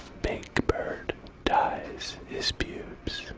big bird dyes his pubes.